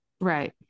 Right